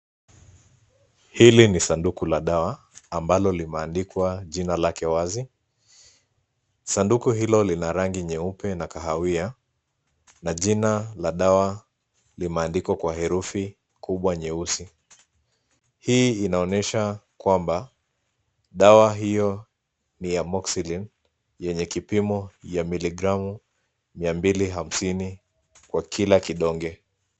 Hili ni sanduku la dawa ambalo limeandikwa jina lake wazi. Sanduku hilo lina rangi nyeupe na kahawia na jina la dawa limeandikwa kwa herufi kubwa nyeusi. Hii inaonyesha kwamba dawa hio ni ya amoxicillin yenye kipimo ya miligramu mia mbili hamsini kwa kila kidonge.